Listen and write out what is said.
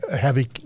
heavy